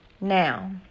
Now